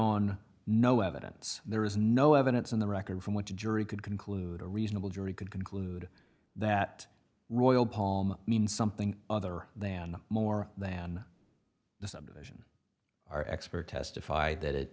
on no evidence there is no evidence in the record from which a jury could conclude a reasonable jury could conclude that royal palm means something other than more than the subdivision our expert testified that it